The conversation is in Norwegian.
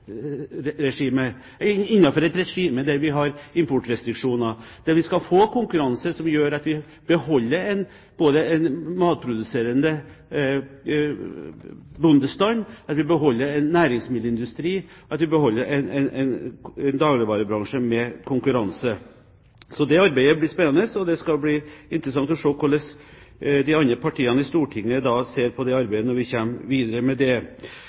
regime der vi har importrestriksjoner, der vi skal få konkurranse som gjør at vi beholder en matproduserende bondestand, at vi beholder en næringsmiddelindustri, og at vi beholder en dagligvarebransje. Det arbeidet blir spennende, og det skal bli interessant å se hvorledes de andre partiene i Stortinget vil se på det arbeidet når vi kommer videre med det.